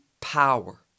power